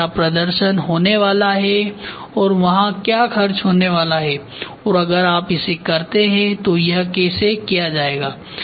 वहां क्या प्रदर्शन होने वाला है और वहां क्या खर्च होने वाला है और अगर आप इसे करते हैं तो यह कैसे किया जाएगा